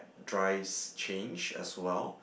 drives change as well